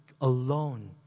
alone